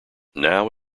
now